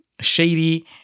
shady